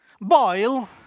boil